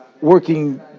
working